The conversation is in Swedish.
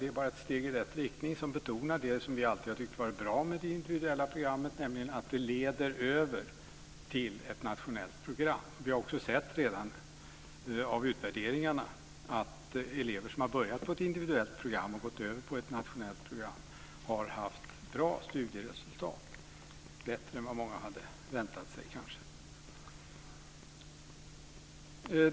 Det är ett steg i rätt riktning och betonar det som vi alltid tyckt har varit bra med det individuella programmet, nämligen att det leder över till ett nationellt program. Vi har också sett redan av utvärderingarna att elever som börjat på ett individuellt program och gått över på ett nationellt program har haft bra studieresultat, bättre än vad många kanske hade väntat sig.